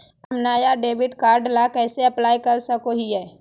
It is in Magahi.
हम नया डेबिट कार्ड ला कइसे अप्लाई कर सको हियै?